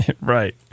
Right